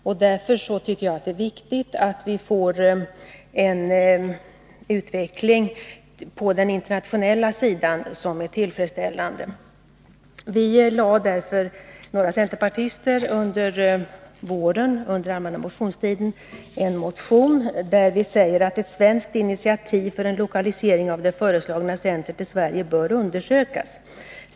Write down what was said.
Jag tycker därför att det är viktigt att utvecklingen på den internationella sidan är tillfredsställande. Vi var några centerpartister som under den allmänna motionstiden i våras väckte en motion där vi framhåller att ett svenskt initiativ för en lokalisering av det föreslagna centret till Sverige bör undersökas.